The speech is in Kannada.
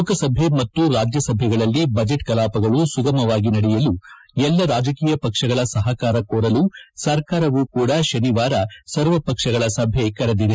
ಲೋಕಸಭೆ ಮತ್ತು ರಾಜ್ಯಸಭೆಗಳಲ್ಲಿ ಬಜೆಟ್ ಕಲಾಪಗಳು ಸುಗಮವಾಗಿ ನಡೆಯಲು ಎಲ್ಲ ರಾಜಕೀಯ ಪಕ್ಷಗಳ ಸಹಕಾರ ಕೋರಲು ಸರ್ಕಾರವು ಕೂಡ ಶನಿವಾರ ಸರ್ವಪಕ್ಷಗಳ ಸಭೆ ಕರೆದಿದೆ